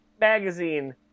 magazine